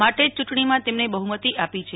માટે જ ચુટણીમાં તેમને બહુમતી આપી છે